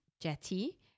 jetty